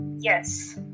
Yes